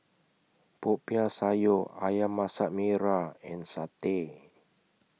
Popiah Sayur Ayam Masak Merah and Satay